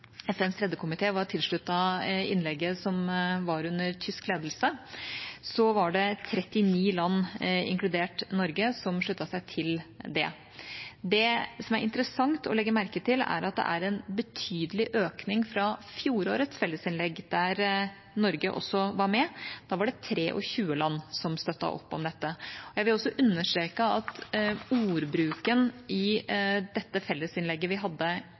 FNs tredje komité var tilsluttet innlegget som var under tysk ledelse, var det 39 land, inkludert Norge, som sluttet seg til det. Det som er interessant å legge merke til, er at det er en betydelig økning fra fjorårets fellesinnlegg, der Norge også var med. Da var det 23 land som støttet opp om dette. Jeg vil også understreke at ordbruken i dette fellesinnlegget vi hadde